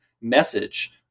message